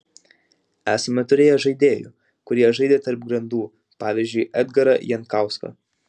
esame turėję žaidėjų kurie žaidė tarp grandų pavyzdžiui edgarą jankauską